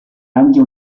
anche